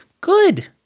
Good